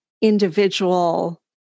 individual